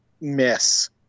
miss